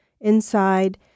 Inside